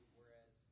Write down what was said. whereas